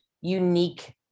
unique